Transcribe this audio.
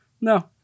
no